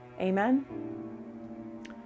Amen